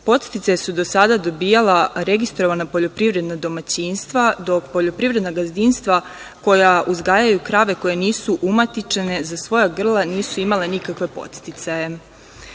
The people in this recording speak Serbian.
Podsticaje su do sada dobijala registrovana poljoprivredna domaćinstva, dok poljoprivredna gazdinstva koja uzgajaju krave koje nisu umatičene za svoja grla nisu imale nikakve podsticaje.